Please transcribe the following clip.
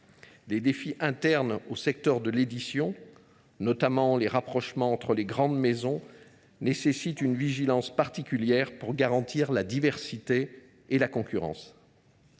Les défis internes au secteur de l’édition, notamment les rapprochements entre les grandes maisons, nécessitent une vigilance particulière pour garantir la diversité et la concurrence.